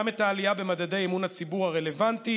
גם את העלייה במדדי אמון הציבור הרלוונטי.